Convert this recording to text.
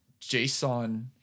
JSON